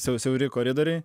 siau siauri koridoriai